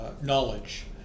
knowledge